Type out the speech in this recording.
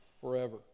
forever